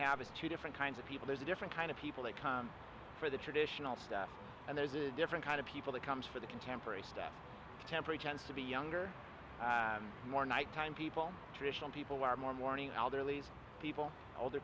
have a two different kinds of people there's a different kind of people that come for the traditional stuff and there's a different kind of people that comes for the contemporary stuff temper a chance to be younger more night time people traditional people are more morning al they're lazy people older